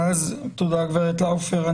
תודה גברת לאופר.